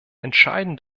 entscheiden